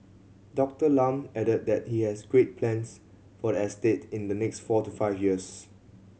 Doctor Lam added that he has great plans for the estate in the next four to five years